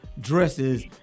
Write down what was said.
dresses